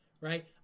right